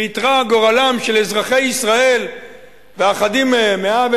שאיתרע גורלם של אזרחי ישראל ואחדים מהם,